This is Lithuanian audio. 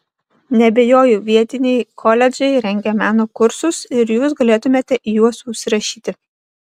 neabejoju vietiniai koledžai rengia meno kursus ir jūs galėtumėte į juos užsirašyti